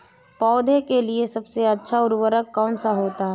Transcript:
पौधे के लिए सबसे अच्छा उर्वरक कौन सा होता है?